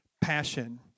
passion